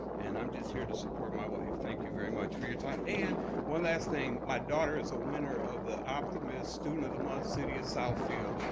and i'm just here to support my wife. thank you very much for your time. and one last thing, my daughter is a winner of the optimist student of the month city of southfield.